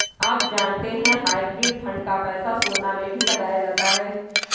आप जानते है हाइब्रिड फंड का पैसा सोना में भी लगाया जाता है?